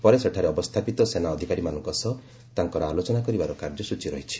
ପରେ ସେଠାରେ ଅବସ୍ଥାପିତ ସେନା ଅଧିକାରୀମାନଙ୍କ ସହ ତାଙ୍କର ଆଲୋଚନା କରିବାର କାର୍ଯ୍ୟସ୍ଟଚୀ ରହିଛି